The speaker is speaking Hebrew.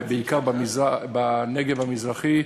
בעיקר בנגב המזרחי,